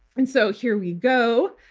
and so here we go.